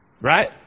Right